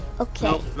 Okay